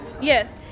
yes